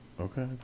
Okay